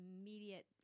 immediate